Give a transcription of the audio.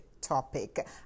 topic